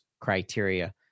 criteria